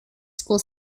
school